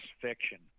fiction